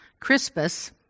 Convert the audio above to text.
Crispus